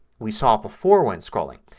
we saw it before when scrolling.